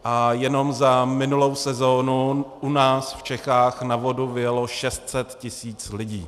A jenom za minulou sezónu u nás v Čechách na vodu vyjelo 600 tisíc lidí.